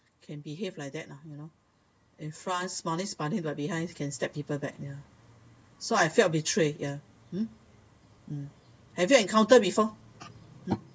can behave like that lah you know in front smiling smiling but behind can stab people's back ya so I felt betrayed ya mm um have you encountered before